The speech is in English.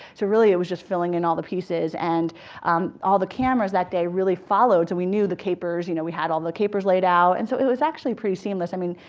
so really it was just filling in all the pieces. and um all the cameras that day really followed, so we knew the capers, you know we had all the capers laid out. and so it was actually pretty seamless. i mean,